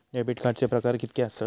Debit कार्डचे प्रकार कीतके आसत?